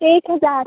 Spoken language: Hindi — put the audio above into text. एक हज़ार